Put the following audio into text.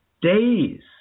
days